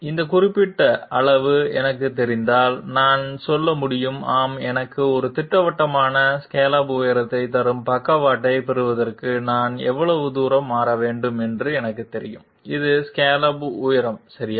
இந்த குறிப்பிட்ட அளவு எனக்குத் தெரிந்தால் நான் சொல்ல முடியும் ஆம் எனக்கு ஒரு திட்டவட்டமான ஸ்காலப் உயரத்தைத் தரும் பக்கவாட்டைப் பெறுவதற்கு நான் எவ்வளவு தூரம் மாற வேண்டும் என்று எனக்குத் தெரியும் இது ஸ்காலப் உயரம் சரியா